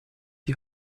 die